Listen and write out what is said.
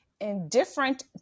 indifferent